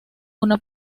una